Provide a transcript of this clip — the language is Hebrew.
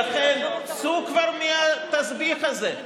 לכן, צאו כבר מהתסביך הזה.